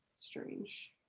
strange